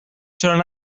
چرا